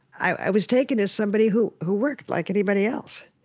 i was taken as somebody who who worked like anybody else.